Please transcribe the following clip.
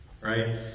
right